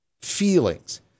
feelings